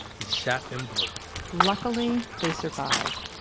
he shot them both luckily, they survived.